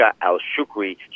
Al-Shukri